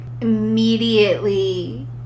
immediately